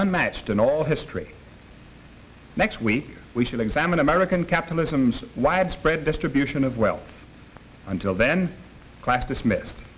unmatched in all history next week we should examine american capitalism so widespread distribution of wealth until then class dismissed